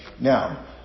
Now